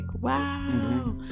wow